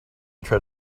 tried